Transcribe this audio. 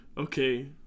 okay